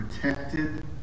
protected